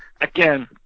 Again